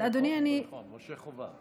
משה חובב.